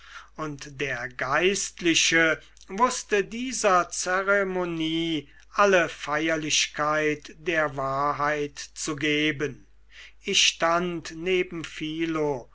und der geistliche wußte dieser zeremonie alle feierlichkeit der wahrheit zu geben ich stand neben